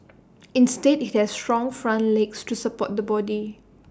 instead IT has strong front legs to support the body